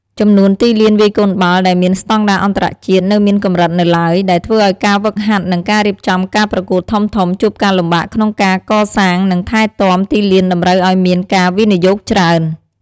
ចំនួនទីលានវាយកូនបាល់ដែលមានស្តង់ដារអន្តរជាតិនៅមានកម្រិតនៅឡើយ ដែលធ្វើឱ្យការហ្វឹកហាត់និងការរៀបចំការប្រកួតធំៗជួបការលំបាកក្នុងការកសាង និងថែទាំទីលានតម្រូវឱ្យមានការវិនិយោគច្រើន។